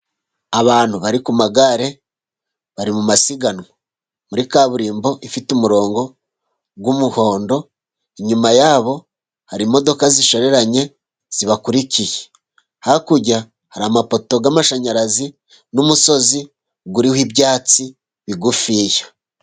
Abantu bari ku magare bari mu masiganwa muri kaburimbo, ifite umurongo w'umuhondo, inyuma yabo hari imodoka zishoreranye zibakurikiye, hakurya hari amapoto y'amashanyarazi, n'umusozi uriho ibyatsi bigufi.